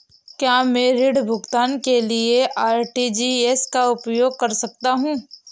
क्या मैं ऋण भुगतान के लिए आर.टी.जी.एस का उपयोग कर सकता हूँ?